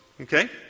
okay